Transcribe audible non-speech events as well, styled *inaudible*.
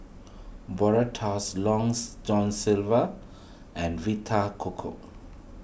Brotzeit Long *unintelligible* John Silver and Vita Coco